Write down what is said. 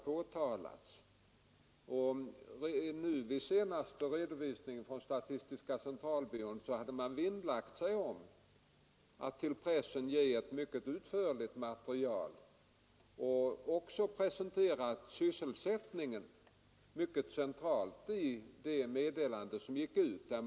I statistiska centralbyråns senaste redovisning har man sålunda vinnlagt sig om att ge pressen mycket utförliga uppgifter, och man har mycket centralt presenterat sysselsättningssiffrorna i det meddelande som gått ut därifrån.